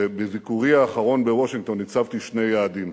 שבביקורי האחרון בוושינגטון הצבתי שני יעדים: